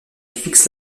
fixe